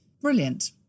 Brilliant